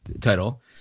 title